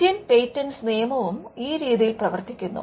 Indian patents നിയമവും ഈ രീതിയിൽ പ്രവർത്തിക്കുന്നു